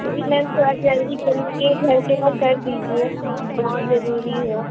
फिर भी मैम थोड़ा जल्दी करिए एक घंटे में कर दीजिए बहुत ज़रूरी है